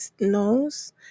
knows